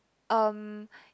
um